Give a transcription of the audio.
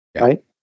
right